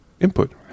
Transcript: input